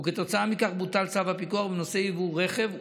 וכתוצאה מכך בוטל צו הפיקוח בנושא יבוא רכב.